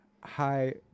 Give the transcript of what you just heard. Hi